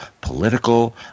political